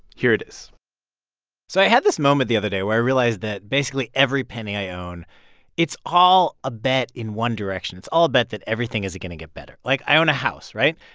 here it is so i had this moment the other day where i realized that basically every penny i own it's all a bet in one direction. it's all a bet that everything is going to get better. like, i own a house, right?